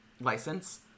license